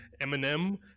Eminem